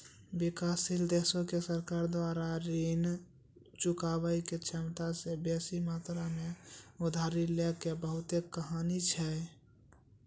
विकासशील देशो के सरकार द्वारा ऋण चुकाबै के क्षमता से बेसी मात्रा मे उधारी लै के बहुते कहानी छै